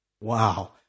Wow